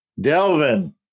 Delvin